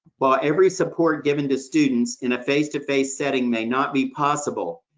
while every support given to students in a face-to-face setting may not be possible,